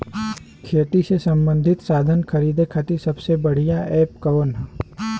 खेती से सबंधित साधन खरीदे खाती सबसे बढ़ियां एप कवन ह?